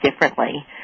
differently